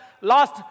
last